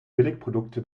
billigprodukte